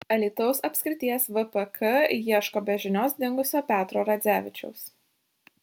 alytaus apskrities vpk ieško be žinios dingusio petro radzevičiaus